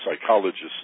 psychologists